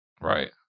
Right